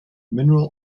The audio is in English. mineral